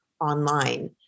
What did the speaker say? online